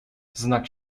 znak